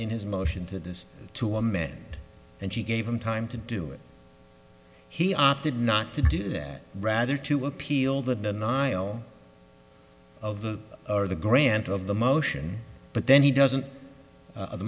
in his motion to this to a man and she gave him time to do it he opted not to do that rather to appeal the denial of the of the grant of the motion but then he doesn't